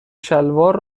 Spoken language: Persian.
شلوار